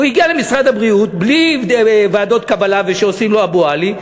הוא הגיע למשרד הבריאות בלי ועדות קבלה ושעושים לו "אבו עלי",